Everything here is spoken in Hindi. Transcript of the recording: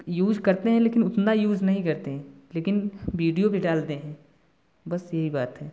यूज करते हैं लेकिन उतना यूज़ नहीं करते हैं लेकिन विडियो भी डालते हैं बस यही बात है